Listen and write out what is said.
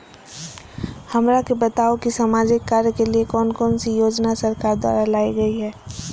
हमरा के बताओ कि सामाजिक कार्य के लिए कौन कौन सी योजना सरकार द्वारा लाई गई है?